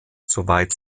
soweit